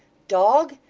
dog!